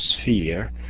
sphere